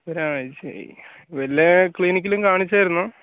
ഒരാഴ്ച്ചയായി വല്ല ക്ലിനിക്കിലും കാണിച്ചായിരുന്നോ